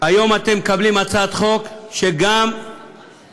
היום אתם מקבלים הצעת חוק שגם המרכזים